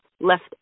left